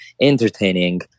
entertaining